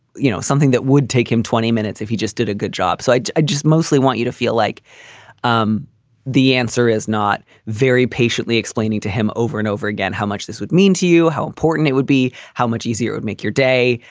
you know, something that would take him twenty minutes if he just did a good job. so i i just mostly want you to feel like um the answer is not very patiently explaining to him over and over again how much this would mean to you, how important it would be, how much easier would make your day.